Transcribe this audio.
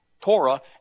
Torah